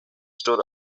store